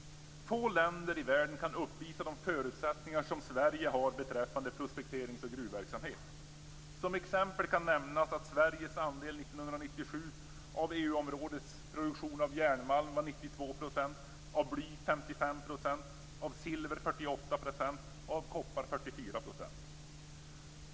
Få länder i världen kan uppvisa de förutsättningar som Sverige har beträffande prospekterings och gruvverksamhet. Som exempel kan nämnas att Sveriges andel 1997 av EU-områdets produktion av järnmalm var 92 %, av bly var 55 %, av silver var 48 % och av koppar var 44 %.